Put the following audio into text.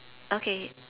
okay